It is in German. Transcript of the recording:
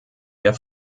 der